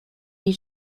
die